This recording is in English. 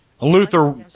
Luther